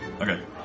Okay